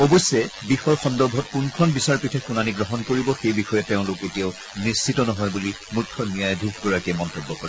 অৱশ্যে বিষয় সন্দৰ্ভত কোনখন বিচাৰপীঠে শুনানি গ্ৰহণ কৰিব সেই বিষয়ে তেওঁলোক এতিয়াও নিশ্চিত নহয় বুলি মুখ্য ন্যায়াধীশগৰাকীয়ে মন্তব্য কৰে